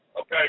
Okay